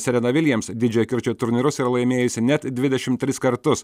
serena viljams didžiojo kirčio turnyrus yra laimėjusi net dvidešimt tris kartus